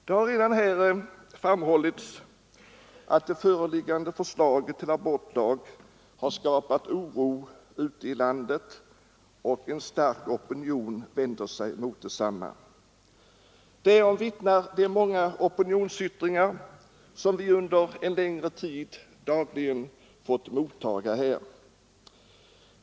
Det har redan framhållits att det föreliggande förslaget till abortlag har skapat oro ute i landet, och en stark opinion vänder sig mot detsamma. Därom vittnar de många opinionsyttringar som vi under en längre tid dagligen fått mottaga.